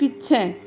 पीछे